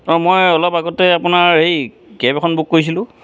অঁ মই অলপ আগতে আপোনাৰ এই কেব এখন বুক কৰিছিলোঁ